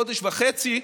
חודש וחצי,